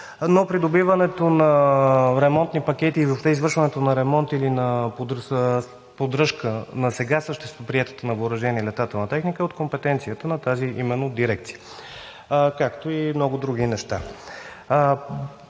но придобиването на ремонтни пакети и въобще извършването на ремонт или поддръжка на сега приетата на въоръжение летателна техника е от компетенцията на тази именно дирекция, както и много други неща.